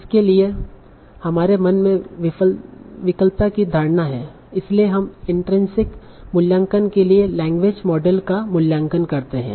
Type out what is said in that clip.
इसके लिए हमारे मन में विकलता की धारणा है इसलिए हम इनट्रिनसिक मूल्यांकन के लिए लैंग्वेज मॉडल का मूल्यांकन करते हैं